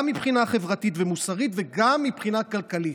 גם מבחינה חברתית ומוסרית וגם מבחינה כלכלית,